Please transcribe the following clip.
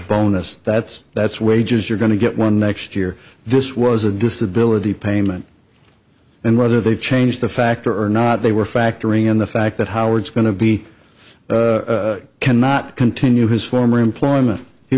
bonus that's that's wages you're going to get one next year this was a disability payment and whether they changed the factor or not they were factoring in the fact that howard's going to be cannot continue his former employment he